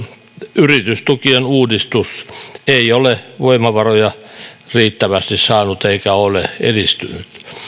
yritystukien uudistus ei ole voimavaroja riittävästi saanut eikä ole edistynyt